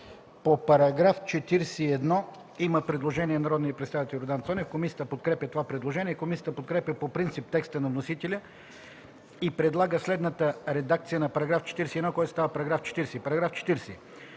По § 41 има предложение от народния представител Йордан Цонев. Комисията подкрепя това предложение. Комисията подкрепя по принцип текста на вносителя и предлага следната редакция на § 41, който става § 40: „§ 40.